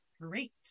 great